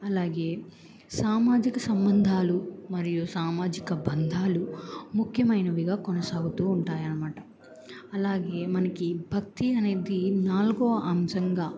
అలాగే సామాజిక సంబంధాలు మరియు సామాజిక బంధాలు ముఖ్యమైనవిగా కొనసాగుతూ ఉంటాయి అన్నమాట అలాగే మనకి భక్తి అనేది నాలుగవ అంశంగా